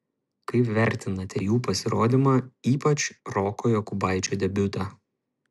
kaip vertinate jų pasirodymą ypač roko jokubaičio debiutą